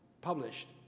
published